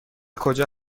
کجا